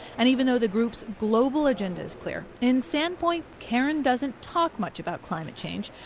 and even though the group's global agenda's clear, in sandpoint, karen doesn't talk much about climate change.